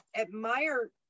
admire